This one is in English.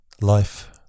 life